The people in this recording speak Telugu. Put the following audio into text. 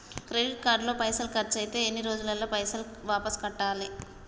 క్రెడిట్ కార్డు లో పైసల్ ఖర్చయితే ఎన్ని రోజులల్ల పైసల్ వాపస్ కట్టాలే?